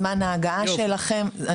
זמן ההגעה שלכם,